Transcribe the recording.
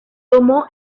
tomó